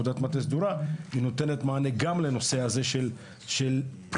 אנחנו מבקשים לתת מענה גם לנושא הזה של פריסת